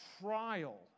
trial